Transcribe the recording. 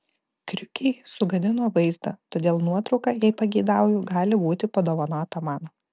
kriukiai sugadino vaizdą todėl nuotrauka jei pageidauju gali būti padovanota man